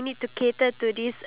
iya